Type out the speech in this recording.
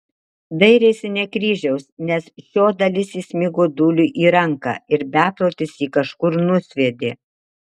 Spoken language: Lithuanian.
dairėsi ne kryžiaus nes šio dalis įsmigo dūliui į ranką ir beprotis jį kažkur nusviedė